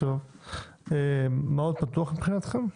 מה עוד פתוח מבחינתכם?